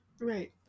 Right